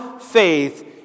faith